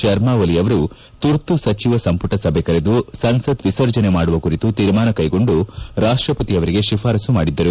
ಶರ್ಮ ಒಲಿ ಅವರು ತುರ್ತು ಸಚಿವ ಸಂಪುಟ ಸಭೆ ಕರೆದು ಸಂಸತ್ ವಿಸರ್ಜನೆ ಮಾಡುವ ಕುರಿತು ತೀರ್ಮಾನ ಕ್ಲೆಗೊಂಡು ರಾಷ್ಷಪತಿ ಅವರಿಗೆ ಶಿಫಾರಸ್ತು ಮಾಡಿದ್ದರು